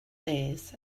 days